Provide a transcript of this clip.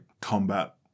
combat